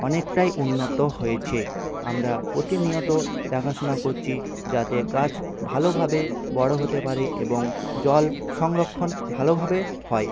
অনেকটাই উন্নত হয়েছে আমরা প্রতিনিয়ত দেখাশুনা করছি যাতে গাছ ভালোভাবে বড়ো হতে পারে এবং জল সংরক্ষণ ভালোভাবে হয়